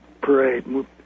parade